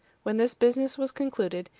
when this business was concluded,